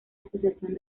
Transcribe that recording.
asociación